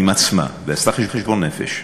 עם עצמה ועשתה חשבון נפש,